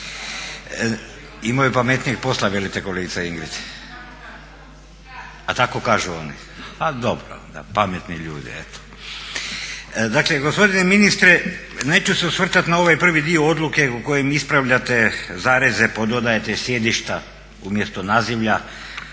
… /Upadica se ne razumije./ … A tako kažu oni. A dobro, pametni ljudi. Dakle gospodine ministre, neću se osvrtat na ovaj prvi dio odluke u kojem ispravljate zareze, dodajete sjedišta umjesto nazivlja.